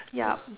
yup